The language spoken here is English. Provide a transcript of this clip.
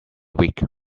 week